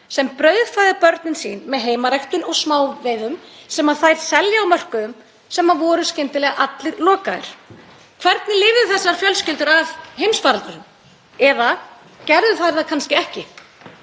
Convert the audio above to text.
sem brauðfæða börnin sín með heimaræktun og smáveiðum sem þær selja á mörkuðum sem voru skyndilega allir lokaðir. Hvernig lifðu þessar fjölskyldur af heimsfaraldurinn eða gerðu þær það kannski ekki?